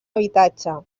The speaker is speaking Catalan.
habitatge